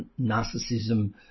narcissism